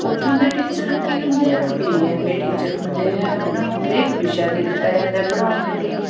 ਓਥੋਂ ਦੇ ਟੀਚਰ ਕੀ ਹੁੰਦੇ ਹੈ ਇੱਕ B A M A teacher ਹੁੰਦੇ ਹੈ ਉਨ੍ਹਾਂ ਨੂੰ ਹਰੇਕ ਵਿਸ਼ਾ ਦੇ ਦਿੱਤਾ ਜਾਂਦਾ ਹੈ ਪੜ੍ਹਾਉਣ ਦੇ ਲਈ